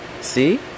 See